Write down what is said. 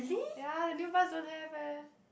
ya the new bus don't have eh